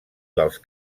dels